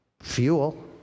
fuel